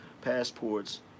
passports